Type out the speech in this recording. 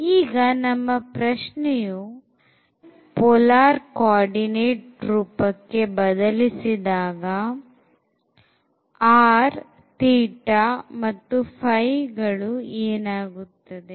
ಈಗ ನಮ್ಮ ಪ್ರಶ್ನೆಯೂ ಇದನ್ನು spherical polar coordinate ರೂಪಕ್ಕೆ ಬದಲಿಸಿದಾಗ rθϕ ಗಳು ಏನಾಗುತ್ತದೆ